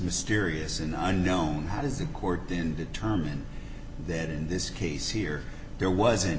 mysterious in the known how does a court then determine that in this case here there wasn't